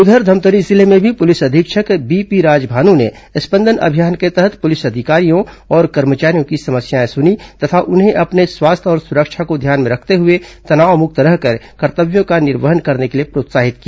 उधर धमतरी जिले में भी पुलिस अधीक्षक बीपी राजभानु ने स्पंदन अभियान के तहत पुलिस अधिकारियों और कर्मचारियों की समस्याएं सुनीं तथा उन्हें अपने स्वास्थ्य और सुरक्षा को ध्यान में रखते हुए तनावमुक्त रहकर कर्तव्यों का निर्वहन करने के लिए प्रोत्साहित किया